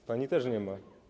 A pani też nie ma.